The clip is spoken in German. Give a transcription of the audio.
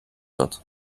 wird